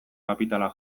kapitala